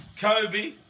Kobe